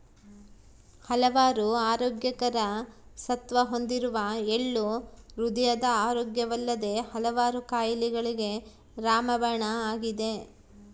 ಹಲವಾರು ಆರೋಗ್ಯಕರ ಸತ್ವ ಹೊಂದಿರುವ ಎಳ್ಳು ಹೃದಯದ ಆರೋಗ್ಯವಲ್ಲದೆ ಹಲವಾರು ಕಾಯಿಲೆಗಳಿಗೆ ರಾಮಬಾಣ ಆಗಿದೆ